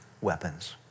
weapons